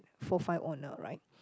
four five owner right